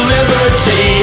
Liberty